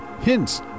hints